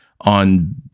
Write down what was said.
on